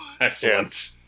excellent